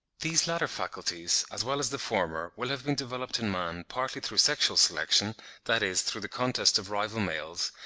these latter faculties, as well as the former, will have been developed in man, partly through sexual selection that is, through the contest of rival males,